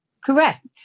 Correct